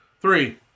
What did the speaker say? Three